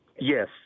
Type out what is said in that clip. Yes